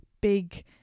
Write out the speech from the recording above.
big